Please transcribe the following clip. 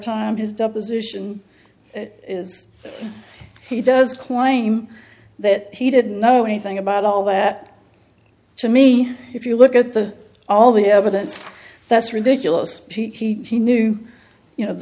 time his deposition is he does claim that he didn't know anything about all that to me if you look at the all the evidence that's ridiculous he he knew you know